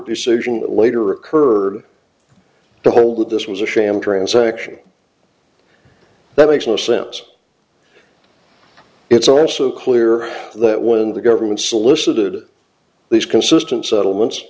decision that later occurred to hold that this was a sham transaction that makes no sense it's also clear that when the government solicited these consistent settlements